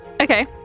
Okay